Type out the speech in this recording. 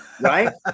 Right